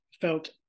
felt